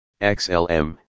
XLM